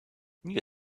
new